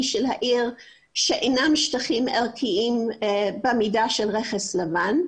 של העיר שאינם שטחים ערכיים במידה של רכס לבן,